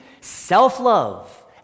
Self-love